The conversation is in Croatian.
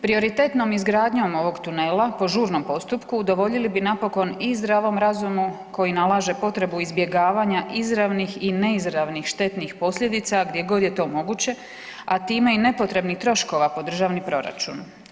Prioritetnom izgradnjom ovog tunela po žurnom postupku udovoljili bi napokon i zdravom razumu koji nalaže potrebu izbjegavanja izravnih i neizravnih štetnih posljedica gdje god je to moguće, a time i nepotrebnih troškova po državni proračun.